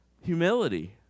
humility